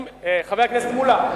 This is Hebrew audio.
חבר הכנסת מולה,